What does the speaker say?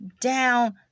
down